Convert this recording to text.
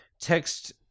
text